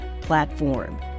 platform